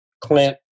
Clint